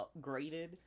upgraded